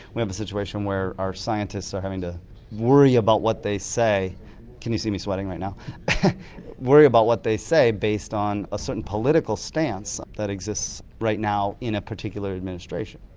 we have a situation where our scientists are having to worry about what they say can you see me sweating right now worry about what they say based on a certain political stance that exists right now in a particular administration.